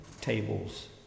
tables